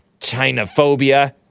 Chinophobia